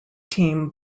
team